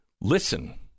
Listen